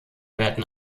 werden